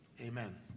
amen